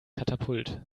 katapult